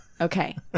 Okay